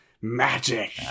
magic